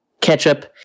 ketchup